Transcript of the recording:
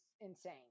insane